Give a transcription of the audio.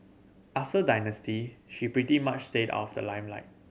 after Dynasty she pretty much stayed out of the limelight